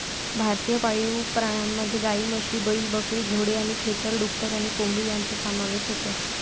भारतीय पाळीव प्राण्यांमध्ये गायी, म्हशी, बैल, बकरी, घोडे आणि खेचर, डुक्कर आणि कोंबडी यांचा समावेश होतो